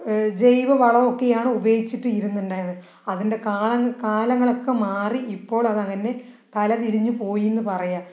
ജൈവവളമൊക്കെയാണ് ഉപയോഗിച്ചിട്ട് ഇരുന്നത് അതിൻ്റെ കാളങ്ങള് കാലങ്ങളൊക്കെ മാറി ഇപ്പോൾ അതങ്ങനെ തല തിരിഞ്ഞു പോയിയെന്ന് പറയാം